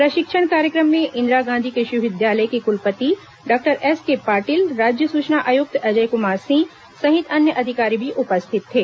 प्रशिक्षण कार्यक्रम में इंदिरा गांधी कृषि विश्वविद्यालय के कुलपति डॉक्टर एसके पाटील राज्य सूचना आयुक्त अजय कुमार सिंह सहित अन्य अधिकारी भी उपस्थित थे